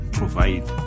provide